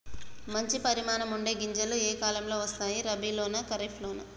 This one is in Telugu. మంచి పరిమాణం ఉండే గింజలు ఏ కాలం లో వస్తాయి? రబీ లోనా? ఖరీఫ్ లోనా?